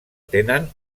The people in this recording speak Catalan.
tenen